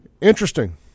Interesting